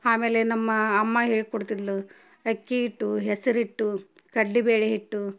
ಆಮೇಲೆ ನಮ್ಮ ಅಮ್ಮ ಹೇಳ್ಕೊಡ್ತಿದ್ಳು ಅಕ್ಕಿ ಹಿಟ್ಟು ಹೆಸ್ರು ಹಿಟ್ಟು ಕಡ್ಲೆಬೇಳಿ ಹಿಟ್ಟು